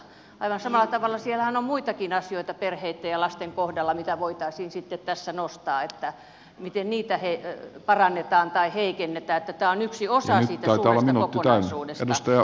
aivan samalla tavalla siellähän on muitakin asioita perheitten ja lasten kohdalla mitä voitaisiin sitten tässä nostaa miten niitä parannetaan tai heikennetään että tämä on yksi osa siitä suuresta kokonaisuudesta